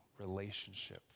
relationship